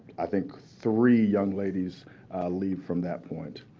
i think three young ladies leave from that point.